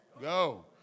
go